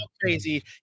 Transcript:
crazy